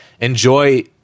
enjoy